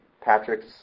Patrick's